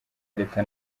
leta